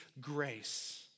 grace